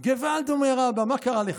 געוואלד, אומר אבא, מה קרה לך?